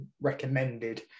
recommended